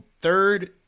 third